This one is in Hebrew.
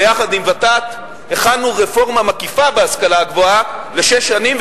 יחד עם ות"ת הכנו רפורמה מקיפה בהשכלה הגבוהה לשש שנים,